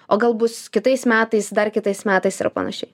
o gal bus kitais metais dar kitais metais ir panašiai